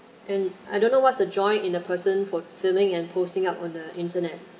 and I don't know what's the joy in a person for filming and posting up on the internet